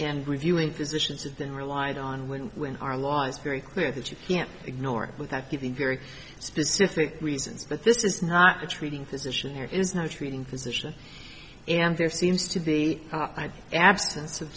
and reviewing physicians have been relied on when when our law is very clear that you can't ignore it without giving very specific reasons but this is not the treating physician there is no treating physician and there seems to be an absence of